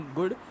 good